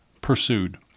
pursued